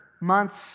months